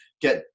get